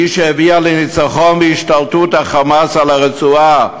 שהיא שהביאה לניצחון ולהשתלטות ה"חמאס" על הרצועה,